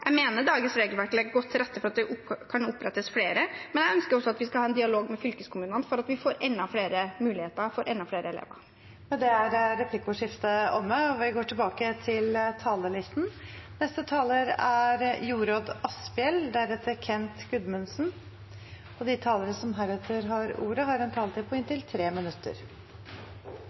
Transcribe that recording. jeg mener dagens regelverk legger godt til rette for at det kan opprettes flere. Men jeg ønsker at vi skal ha en dialog med fylkeskommunene for å få enda flere muligheter for enda flere elever. Replikkordskiftet er omme. De talere som heretter får ordet, har en taletid på inntil 3 minutter. Det er godt å høre omsorgen, omtanken og forkjærligheten for fagarbeidere. Her står det en fagarbeider – en